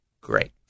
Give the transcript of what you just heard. great